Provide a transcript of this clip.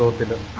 bit of